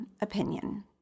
opinion